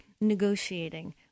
negotiating